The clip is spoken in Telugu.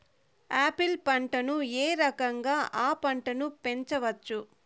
ఆపిల్ పంటను ఏ రకంగా అ పంట ను పెంచవచ్చు?